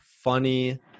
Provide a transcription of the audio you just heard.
funny